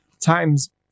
times